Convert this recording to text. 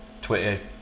twitter